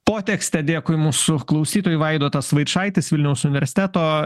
potekstę dėkui mūsų klausytojai vaidotas vaičaitis vilniaus universiteto